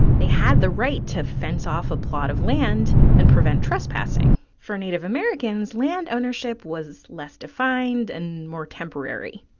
they had the right to fence off a plot of land and prevent trespassing. for native americans, land ownership was less defined and more temporary.